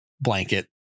blanket